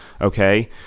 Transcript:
Okay